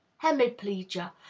hemiplegia,